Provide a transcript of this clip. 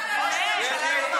זה נטו.